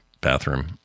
bathroom